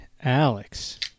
Alex